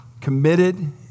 committed